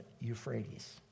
Euphrates